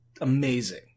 amazing